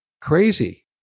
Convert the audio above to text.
crazy